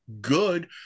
good